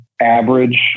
average